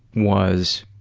was